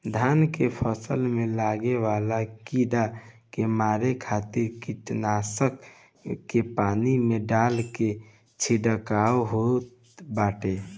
धान के फसल में लागे वाला कीड़ा के मारे खातिर कीटनाशक के पानी में डाल के छिड़काव होत बाटे